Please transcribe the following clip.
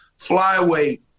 flyweight